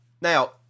Now